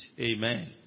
Amen